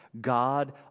God